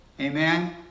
Amen